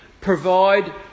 provide